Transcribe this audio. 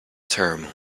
terrible